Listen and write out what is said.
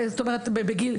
בגילנו,